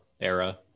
era